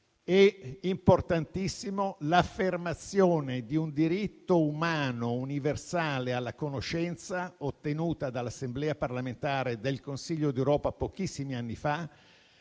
è importantissima l'affermazione di un diritto umano universale alla conoscenza ottenuta dall'Assemblea parlamentare del Consiglio d'Europa pochissimi anni fa,